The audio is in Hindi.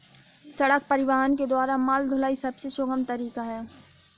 सड़क परिवहन के द्वारा माल ढुलाई सबसे सुगम तरीका है